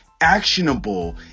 actionable